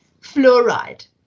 fluoride